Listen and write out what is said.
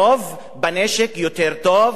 זו עובדה היסטורית.